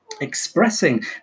expressing